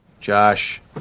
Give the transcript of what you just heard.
Josh